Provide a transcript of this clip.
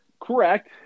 Correct